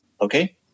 Okay